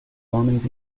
homens